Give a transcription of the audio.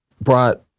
brought